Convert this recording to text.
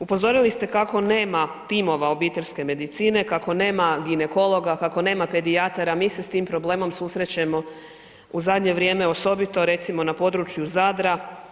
Upozorili ste kako nema timova obiteljske medicine, kako nema ginekologa, kako nema pedijatara, mi se s tim problemom susrećemo u zadnje vrijeme osobito recimo na području Zadra.